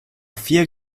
vier